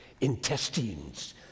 Intestines